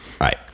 Right